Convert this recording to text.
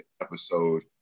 episode